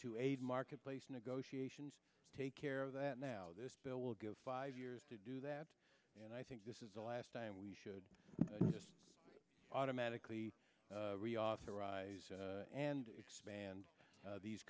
to a marketplace negotiations take care of that now this bill will give five years to do that and i think this is the last time we should just automatically reauthorize and expand these